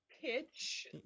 pitch